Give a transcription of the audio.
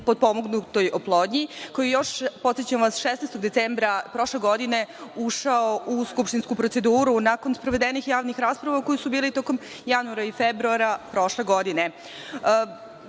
podmognutoj oplodnji, koji je još, podsećam vas, 16. decembra prošle godine ušao u skupštinsku proceduru, nakon sprovedenih javnih rasprava koje su bile tokom januara i februara prošle godine. Najpre